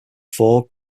four